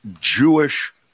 Jewish